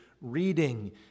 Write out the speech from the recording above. reading